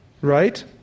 right